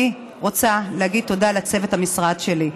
אני רוצה להגיד תודה לצוות המשרד שלי,